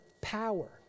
power